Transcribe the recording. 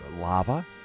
lava